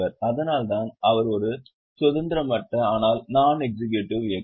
அதனால்தான் அவர் ஒரு சுதந்திரமற்ற ஆனால் நாண் எக்ஸிக்யூடிவ் இயக்குநர்